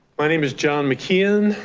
my name is john mcian,